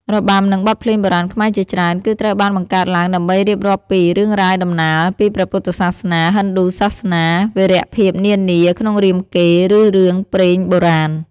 របាំ និងបទភ្លេងបុរាណខ្មែរជាច្រើន គឺត្រូវបានបង្កើតឡើងដើម្បីរៀបរាប់ពី រឿងរ៉ាវតំណាល ពីព្រះពុទ្ធសាសនា ហិណ្ឌូសាសនា វីរភាពនានាក្នុងរាមកេរ្តិ៍ ឬរឿងព្រេងបុរាណ។